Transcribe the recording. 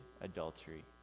adultery